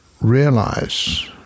realize